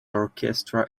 orchestra